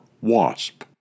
WASP